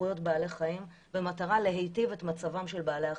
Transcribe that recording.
לזכויות בעלי חיים במטרה להטיב את מצבם של בעלי החיים.